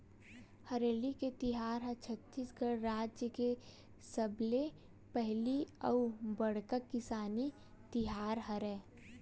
हरेली के तिहार ह छत्तीसगढ़ राज के सबले पहिली अउ बड़का किसानी तिहार हरय